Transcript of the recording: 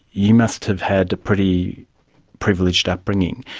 you must have had a pretty privileged upbringing.